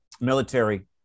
military